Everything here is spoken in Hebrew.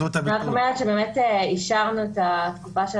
אני רק אומרת שבאמת אישרנו את התקנות,